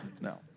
No